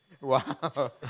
Wow